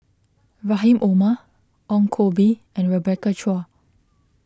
Rahim Omar Ong Koh Bee and Rebecca Chua